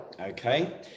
okay